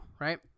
right